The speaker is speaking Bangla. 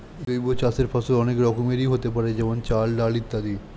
জৈব চাষের ফসল অনেক রকমেরই হতে পারে যেমন চাল, ডাল ইত্যাদি